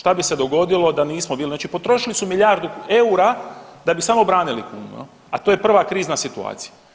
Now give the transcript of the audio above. Šta bi se dogodilo da nismo bili, znači potrošili su milijardu eura da bi samo branili kunu, a to je prva krizna situacija.